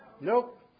Nope